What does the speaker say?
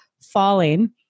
falling